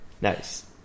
Nice